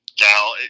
Now